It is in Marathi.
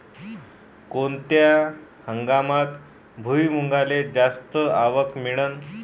कोनत्या हंगामात भुईमुंगाले जास्त आवक मिळन?